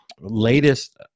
latest